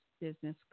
business